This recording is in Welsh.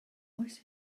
oes